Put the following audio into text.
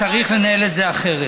צריך לנהל את זה אחרת,